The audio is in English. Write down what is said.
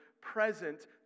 present